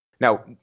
Now